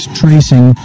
tracing